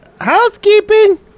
Housekeeping